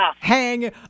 Hang